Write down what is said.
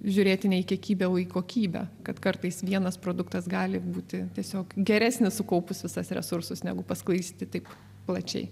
žiūrėti ne į kiekybę o į kokybę kad kartais vienas produktas gali būti tiesiog geresnis sukaupus visas resursus negu paskui jis taip plačiai